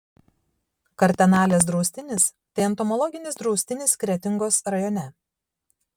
kartenalės draustinis tai entomologinis draustinis kretingos rajone